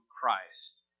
Christ